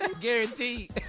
Guaranteed